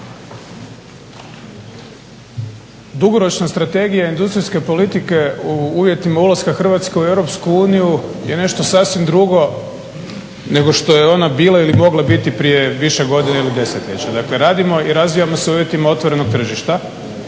dugoročna Strategija industrijske politike u uvjetima ulaska Hrvatske u Europsku uniju je nešto sasvim drugo nego što je ona bila ili mogla biti prije više godina ili desetljeća. Dakle, radimo i razvijamo se u uvjetima otvorenog tržišta